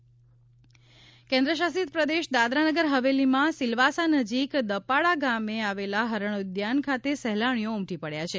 સિલવાસા હરણઉદ્યાન કેન્દ્રશાસિત પ્રદેશ દાદરાનગરહવેલીમાં સિલવાસા નજીક દપાડા ગામે આવેલા હરણ ઉઘાન ખાતે સહેલાણીઓ ઉમટી પડ્યાં છે